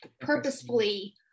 purposefully